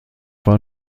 war